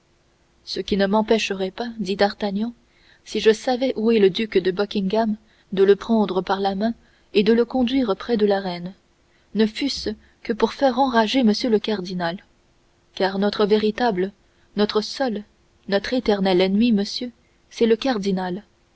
ce qui ne m'empêcherait pas dit d'artagnan si je savais où est le duc de buckingham de le prendre par la main et de le conduire près de la reine ne fût-ce que pour faire enrager m le cardinal car notre véritable notre seul notre éternel ennemi messieurs c'est le cardinal